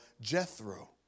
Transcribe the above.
Jethro